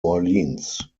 orleans